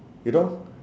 you know